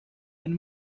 and